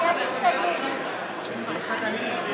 על שם החוק אין צורך להצביע,